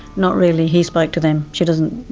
not really. he spoke to them. she doesn't,